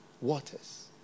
waters